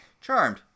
Charmed